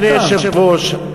אדוני היושב-ראש,